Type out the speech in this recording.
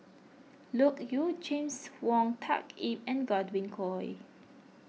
Loke Yew James Wong Tuck Yim and Godwin Koay